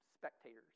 spectators